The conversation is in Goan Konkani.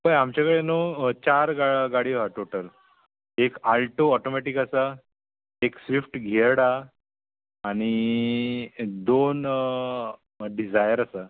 पय आमचे कडे न्हू चार गा गाडयो आहा टोटल एक आल्टो ऑटोमॅटीक आसा एक स्विफ्ट गियर्ड आहा आनी दोन डिजायर आसात